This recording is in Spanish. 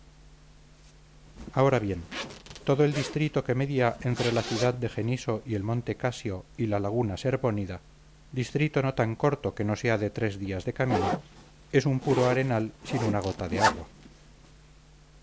ahora bien todo el distrito que media entre la ciudad de jeniso y el monte casio y la laguna serbónida distrito no tan corto que no sea de tres días de camino es un puro arenal sin una gota de agua